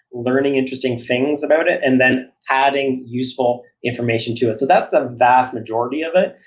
learning interesting things about it and then adding useful information to it. so that's the vast majority of it.